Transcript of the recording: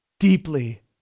Deeply